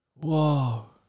Whoa